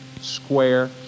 square